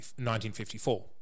1954